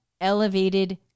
elevated